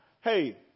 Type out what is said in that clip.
hey